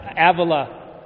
Avila